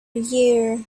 year